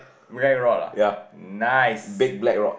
black rod ah nice